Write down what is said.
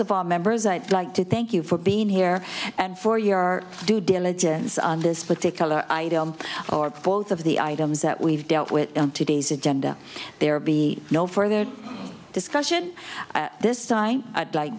our members i'd like to thank you for being here and for your due diligence on this particular item or both of the items that we've dealt with today's agenda there be no further discussion this time i'd like